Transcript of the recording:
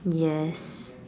yes